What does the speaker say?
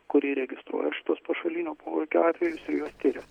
kuri registruoja šituos pašalinio poveikio atvejus ir juos skiria